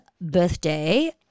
birthday